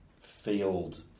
field